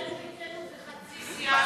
ישראל ביתנו זה חצי סיעה.